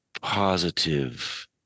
positive